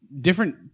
different